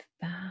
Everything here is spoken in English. back